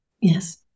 Yes